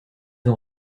ont